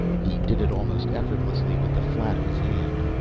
he did it almost effortlessly with the flat of his hand.